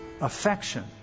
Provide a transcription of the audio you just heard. affection